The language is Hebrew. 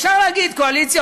אפשר להגיד קואליציה,